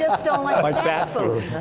yeah like like that food.